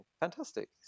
fantastic